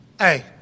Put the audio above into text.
hey